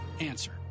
answer